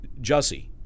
Jussie